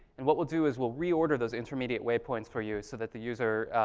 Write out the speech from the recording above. and what we'll do is we'll reorder those intermediate way points for you so that the user,